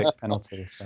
penalty